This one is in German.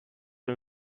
und